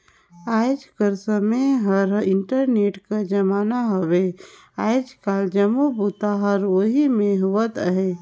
आएज कर समें हर इंटरनेट कर जमाना हवे आएज काएल जम्मो बूता हर ओही में होवत अहे